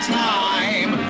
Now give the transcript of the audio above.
time